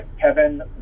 Kevin